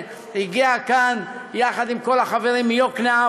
שהגיעה לכאן יחד עם כל החברים מיוקנעם,